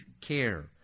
care